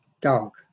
Dog